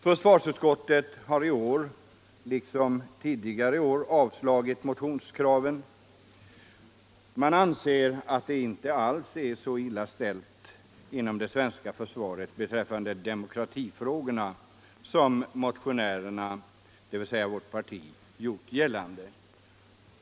Försvarsutskottet har i år liksom tidigare år avslagit motionskraven. Man anser att det inte alls är så illa ställt inom det svenska försvaret beträffande demokratifrågorna som motionärerna, dvs. vårt parti, gjort gällande.